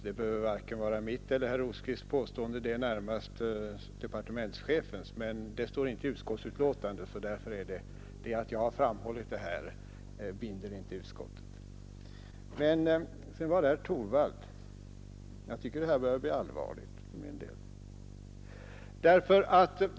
Det behöver varken vara mitt eller herr Rosqvists påstående utan är närmast departementschefens, men det står inte i utskottsbetänkandet, och att jag här har återgivit det binder inte utskottet. Jag vill säga till herr Torwald att jag tycker läget börjar bli allvarligt.